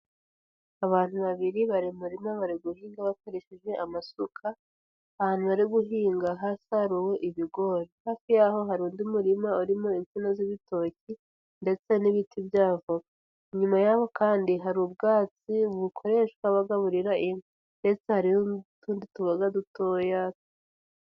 Abantu babiri bari mu marima bari guhinga bakoresheje amasuka, ahantu bari guhinga hasaruwe ibigoberi, hafi yaho hari undi murima urimo insina z'ibitoki ndetse n'ibiti bya voka, inyuma yaho kandi hari ubwatsi bukoreshwa bagaburira inka ndetse hari n'utundi tubaga dutoya.